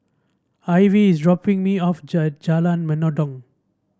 Ivie is dropping me off Jalan Mendong